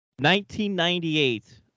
1998